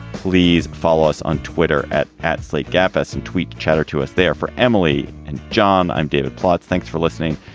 please follow us on twitter at at slate gabfests and tweet chatter to us there for emily and john. i'm david plotz. thanks for listening.